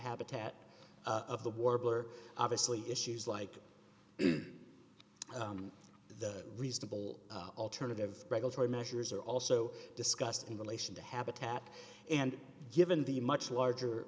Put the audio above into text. habitat of the warbler obviously issues like the reasonable alternative regulatory measures are also discussed in relation to habitat and given the much larger